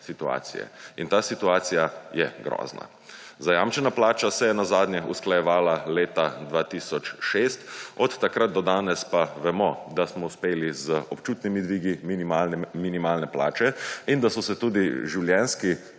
situacije. In ta situacija je grozna. Zajamčena plača se je na zadnje usklajevala leta 2006. Od takrat do danes pa vemo, da smo uspeli z občutnimi dvigi minimalne plače in da so se tudi življenjski